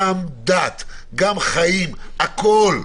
גם דת, גם חיים, הכול,